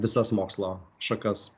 visas mokslo šakas